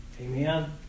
amen